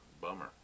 Bummer